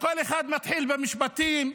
כל אחד מתחיל במשפטים,